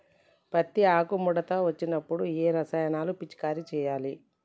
పత్తి ఆకు ముడత వచ్చినప్పుడు ఏ రసాయనాలు పిచికారీ చేయాలి?